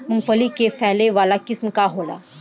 मूँगफली के फैले वाला किस्म का होला?